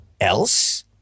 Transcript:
else